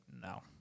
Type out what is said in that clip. no